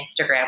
Instagram